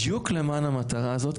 בדיוק למען המטרה הזאת,